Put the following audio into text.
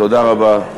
תודה רבה.